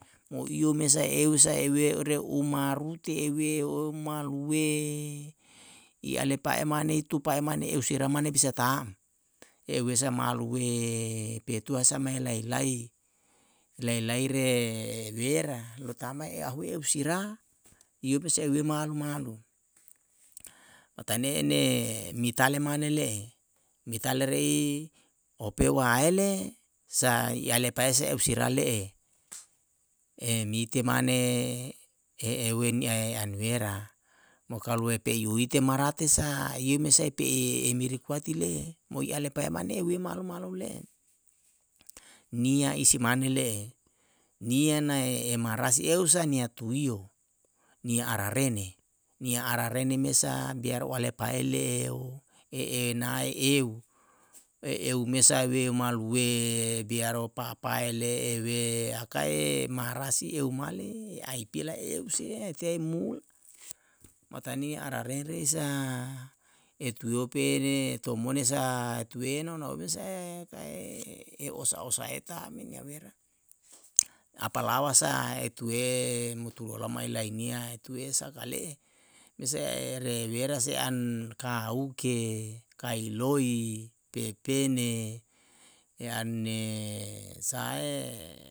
Mo iyo mesae eusa ewe ore umarute ewe o malue i alepa'e mane i tupa'e mane eu sira mane bisa ta'm, i eu wesa malue petua sa mae lailai. lailai re wera lo tam mae e ahue eu sira i ope se euwe malu malu. pataene ne mitale mane le'e mitale re'i ope waele sa i lepae eu sira le'e mite mane e euwe ni ae an wera mo kalue pei uite marate sa ieme sae pei miri kuati le'e mo i lepae mane ehue malo malo le'e niya isi mane le'e niya nae e marasi eu sa nia tuwiyo, niya ararene, niya ararene mesa biar o alepae le'e e nae eu, e eu mesae we malue biar opapae le'e we hakae marasi eu male ai pila eu se tiae mulu matani ara rere sa etue ope ne tomone sa etue naunau me sae kae e osa osa e tam men ya mera apalawa sa etue mutu olama elai nia tue sakale'e bisae re wera se an kawuke kai loi pepene an sahae